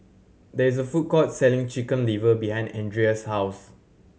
there is a food court selling Chicken Liver behind Andria's house